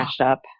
up